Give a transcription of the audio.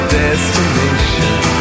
destination